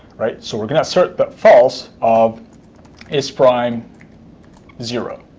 right? so, we're going to insert that false of is prime zero.